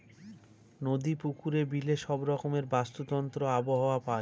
নদী, পুকুরে, বিলে সব রকমের বাস্তুতন্ত্র আবহাওয়া পায়